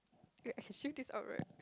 wait I can shift this up right